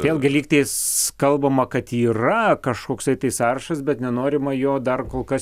vėlgi lygtis kalbama kad yra kažkoksai tai sąrašas bet nenorima jo dar kol kas